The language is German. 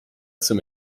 zum